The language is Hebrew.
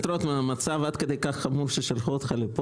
והשמירה על ייעוד הקרקע בעקבות העבודות שעשויות להיות.